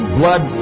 blood